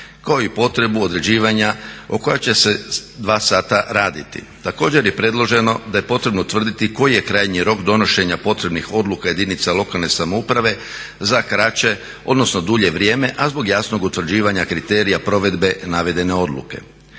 kao i potrebu određivanja o koja će se 2 sata raditi. Također je predloženo da je potrebno utvrditi koji je krajnji rok donošenja potrebnih odluka jedinica lokalne samouprave za kraće, odnosno dulje vrijeme a zbog jasnog utvrđivanja kriterija provedbe navedene odluke.